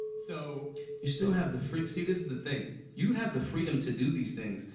so you still have the free see, this is the thing. you have the freedom to do these things.